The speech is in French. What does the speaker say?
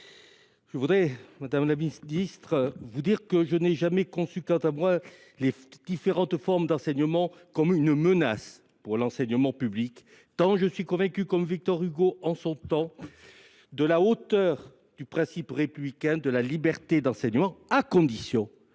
ou tout blanc. Madame la ministre, pour ma part, je n’ai jamais conçu les différentes formes d’enseignement comme une menace pour l’enseignement public, tant je suis convaincu, comme Victor Hugo en son temps, de la hauteur du principe républicain de la liberté d’enseignement, à condition